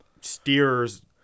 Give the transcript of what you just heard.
steers